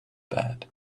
bed